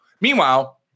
Meanwhile